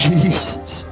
Jesus